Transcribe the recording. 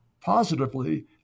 positively